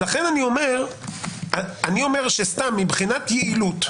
לכן אני אומר שמבחינת יעילות,